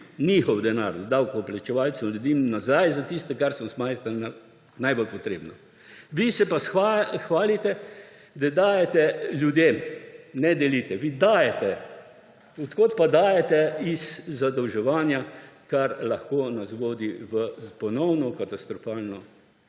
njihov denar, denar davkoplačevalcev ljudem nazaj za to, kar se smatra za najbolj potrebno. Vi se pa hvalite, da dajete ljudem, ne delite, vi dajete. Od kod pa dajete? Iz zadolževanja, kar nas lahko vodi v ponovno katastrofalno